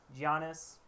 Giannis